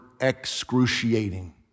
excruciating